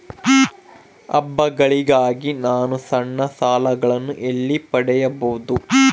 ಹಬ್ಬಗಳಿಗಾಗಿ ನಾನು ಸಣ್ಣ ಸಾಲಗಳನ್ನು ಎಲ್ಲಿ ಪಡಿಬಹುದು?